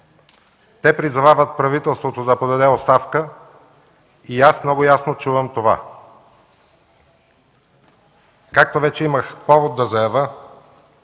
Те призовават правителството да подаде оставка и аз много ясно чувам това. Както вече имах повод да заявя,